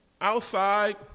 outside